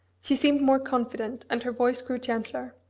she seemed more confident, and her voice grew gentler.